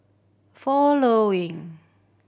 following